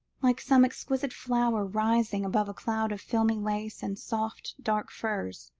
like some exquisite flower rising above a cloud of filmy lace and soft dark furs,